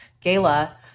gala